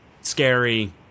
scary